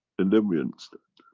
and then we understand.